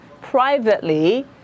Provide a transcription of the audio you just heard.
privately